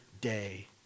day